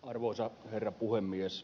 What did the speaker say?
arvoisa herra puhemies